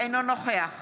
אינו נוכח